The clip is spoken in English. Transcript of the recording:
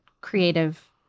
creative